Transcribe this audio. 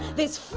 this